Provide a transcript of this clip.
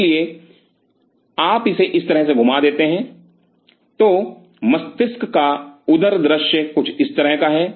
इसलिए यदि आप इसे इस तरह से घूमा देते हैं तो मस्तिष्क का उदर दृश्य कुछ इस तरह का है